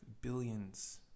billions